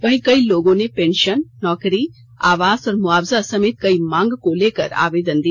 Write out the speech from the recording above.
वहीक ई लोगों ने पेंशन नौकरी आवास और मुआवजा समेत कई मांग को लेकर आवेदन दिया